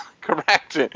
Correct